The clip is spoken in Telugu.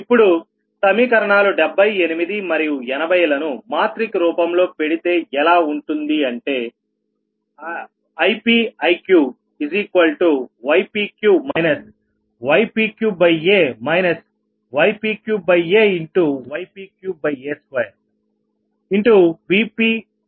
ఇప్పుడు సమీకరణాలు 78 మరియు 80 లను మాత్రిక రూపంలో పెడితే ఎలా ఉంటుంది అంటే Ip Iq ypq ypqa ypqa ypqa2 Vp Vq ఇది సమీకరణం 81